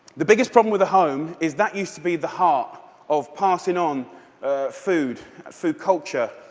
the biggest problem with the home is that used to be the heart of passing on food so culture,